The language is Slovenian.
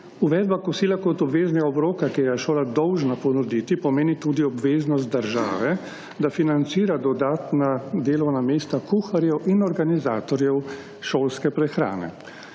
Uvedba kosila kot obveznega obroka, ki ga je šola dolžna ponuditi, pomeni tudi obveznost države, da financira dodatna delovna mesta kuharjev in organizatorjev šolske prehrane.